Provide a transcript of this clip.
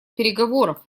переговоров